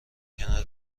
کنار